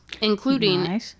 including